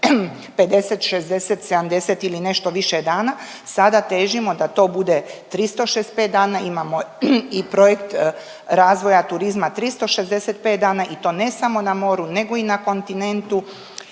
50, 60, 70 ili nešto više dana, sada težimo da to bude 365 dana. Imamo i projekt razvoja turizma 365 dana i to ne samo na moru nego i na kontinentu.